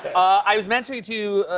i was mentioning to